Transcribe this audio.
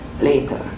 later